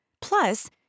Plus